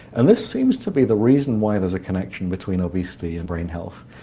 and this seems to be the reason why there's a connection between obesity and brain health.